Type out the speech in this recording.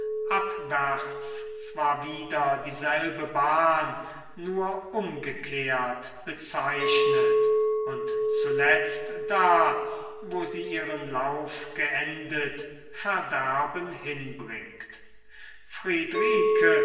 abwärts zwar wieder dieselbe bahn nur umgekehrt bezeichnet und zuletzt da wo sie ihren lauf geendet verderben hinbringt friedrike